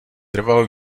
trval